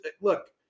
look